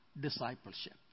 discipleship